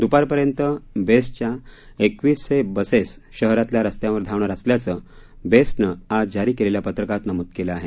दुपारपर्यंत बेस्टच्या एकवीसशे बसेस शहरातल्या रस्त्यांवर धावणार असल्याचं बेस्टनं आज जारी केलेल्या पत्रकात नमूद केलं आहे